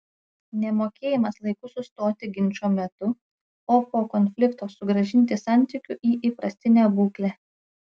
nemokėjimas laiku sustoti ginčo metu o po konflikto sugrąžinti santykių į įprastinę būklę